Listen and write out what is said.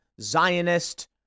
Zionist